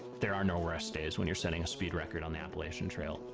there are no rest days when you're setting a speed record on the appalachian trail.